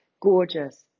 gorgeous